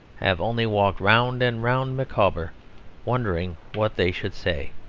have only walked round and round micawber wondering what they should say.